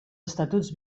estatuts